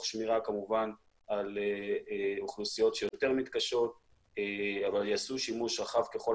כמובן תוך שמירה על אוכלוסיות יותר מתקשות אבל יעשו שימוש רחב ככל